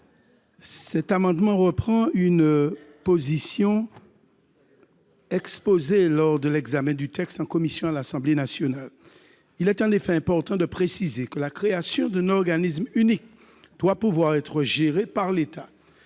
Cet amendement reprend une position exposée lors de l'examen du texte en commission à l'Assemblée nationale. Il est en effet important de préciser que la création d'un organisme unique doit pouvoir être gérée par l'État